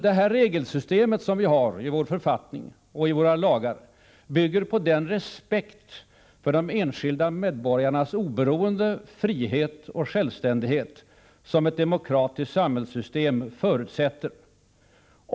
Det regelsystem som vi har i vår författning och i våra lagar bygger på den respekt för de enskilda medborgarnas oberoende, frihet och självständighet som ett demokratiskt samhällsystem förutsätter.